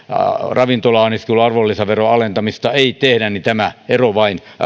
ravintola anniskelun arvonlisäveron alentamista ei tehdä tämä ero vain